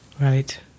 Right